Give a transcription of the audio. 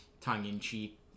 tongue-in-cheek